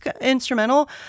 instrumental